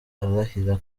arahira